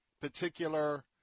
particular